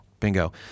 Bingo